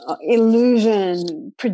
illusion